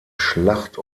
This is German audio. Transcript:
schlacht